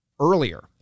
Earlier